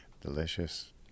delicious